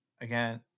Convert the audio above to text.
again